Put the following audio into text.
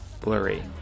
blurry